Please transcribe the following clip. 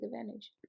advantage